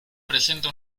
presenta